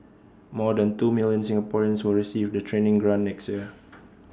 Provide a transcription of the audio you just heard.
more than two million Singaporeans will receive the training grant next year